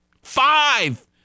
Five